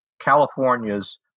California's